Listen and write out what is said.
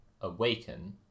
awaken